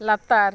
ᱞᱟᱛᱟᱨ